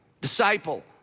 disciple